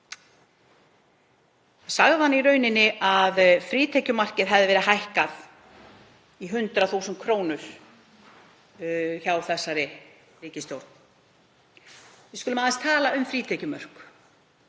sagði hann í raun að frítekjumarkið hefði verið hækkað í 100.000 kr. hjá þessari ríkisstjórn. Við skulum aðeins tala um frítekjumörk.